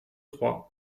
trois